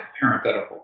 parenthetical